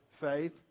faith